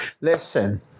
listen